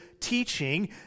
Teaching